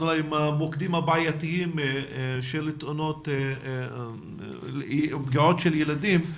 המוקדים הבעייתיים של פגיעות של ילדים.